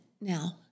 now